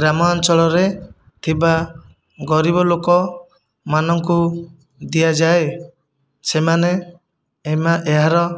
ଗ୍ରାମ ଅଞ୍ଚଳରେ ଥିବା ଗରିବ ଲୋକମାନଙ୍କୁ ଦିଆଯାଏ ସେମାନେ ଏହାର